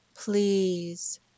Please